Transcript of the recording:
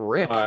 Rip